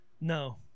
no